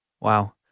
Wow